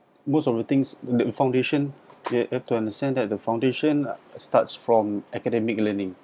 most of the things the foundation you have to understand that the foundation starts from academic learning